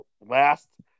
last